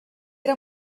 era